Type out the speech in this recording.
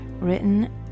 written